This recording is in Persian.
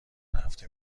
هفته